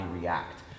react